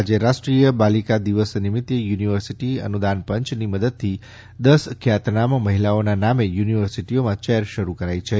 આજે રાષ્ટ્રીનેય બાલિકા દિવસ નિમિત્ત યુનિવર્સિટી અનુદાનપંચની મદદથી દસ ખ્યાતનામ મહિલાઓના નામે યુનિવર્સિટીઓમાં ચેર શરૂ કરાઈ છે